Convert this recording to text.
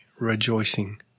rejoicing